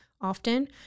often